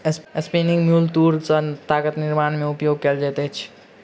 spinning mule तूर सॅ तागक निर्माण में उपयोग कएल जाइत अछि